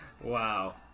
Wow